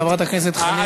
חברת הכנסת חנין זועבי,